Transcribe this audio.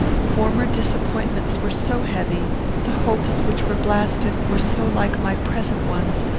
former disappointments were so heavy the hopes which were blasted were so like my present ones,